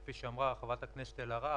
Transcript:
כמו שאופיר אמר --- כמה הרבה?